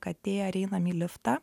katė ar einam į liftą